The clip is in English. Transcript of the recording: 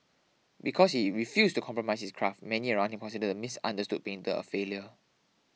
because he refused to compromise his craft many around him considered the misunderstood painter a failure